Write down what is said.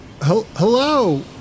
Hello